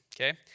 okay